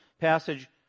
passage